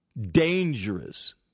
dangerous